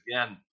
again